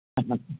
ಹಾಂ ಹಾಂ ಹಾಂ